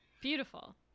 Beautiful